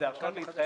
אלה הרשאות להתחייב.